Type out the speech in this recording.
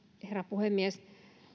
herra puhemies